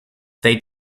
they